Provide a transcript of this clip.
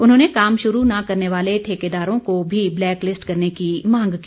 उन्होंने काम शुरू न करने वाले ठेकेदारों को भी ब्लैकलिस्ट करने की मांग की